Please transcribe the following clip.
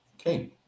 Okay